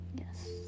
yes